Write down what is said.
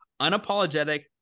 unapologetic